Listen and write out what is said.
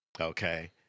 Okay